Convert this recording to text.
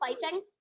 fighting